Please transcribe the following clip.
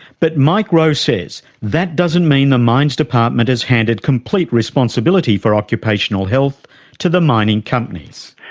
but mike rowe says that doesn't mean the mines department has handed complete responsibility for occupational health to the mining companies.